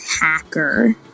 Hacker